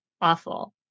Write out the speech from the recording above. Awful